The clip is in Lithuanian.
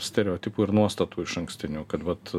stereotipų ir nuostatų išankstinių kad vat